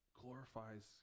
glorifies